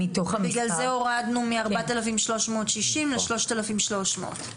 לכן הורדנו מ-4,360 ל-3,300.